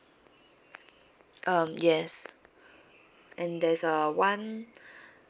um yes and there's a one